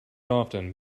often